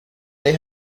they